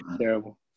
Terrible